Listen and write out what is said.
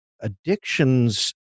addiction's